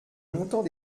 montant